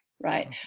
right